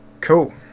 Cool